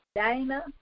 Dana